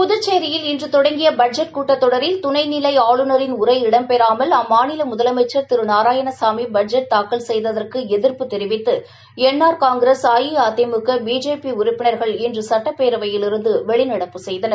புதுச்சோயில் இன்று தொடங்கிய பட்ஜெட் கூட்டத்தொடரில் துணை நிலை ஆளுநரின் உரை இடம்பெறாமல் அம்மாநில முதலமைச்ச் திரு நாராயணசாமி பட்ஜெட் தாக்கல் செய்ததற்கு எதிய்பு தெரிவித்து N R Congress AIADMK BJP உறுப்பினர்கள் இன்று சட்டப்பேவையிலிருந்து வெளிநடப்பு செய்தனர்